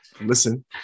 Listen